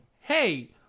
hey